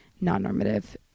non-normative